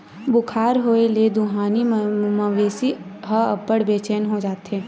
बुखार होए ले दुहानी मवेशी ह अब्बड़ बेचैन हो जाथे